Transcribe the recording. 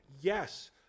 yes